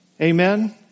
Amen